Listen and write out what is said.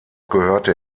gehörte